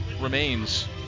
remains